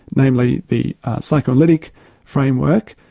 mainly the psychoanalytic framework,